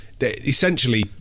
Essentially